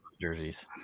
jerseys